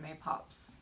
pops